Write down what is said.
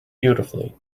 beautifully